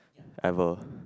ever